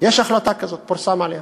יש החלטה כזאת, פורסם עליה.